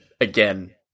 again